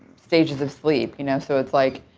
stages of sleep, you know. so it's like,